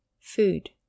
Food